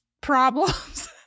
problems